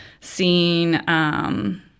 seeing –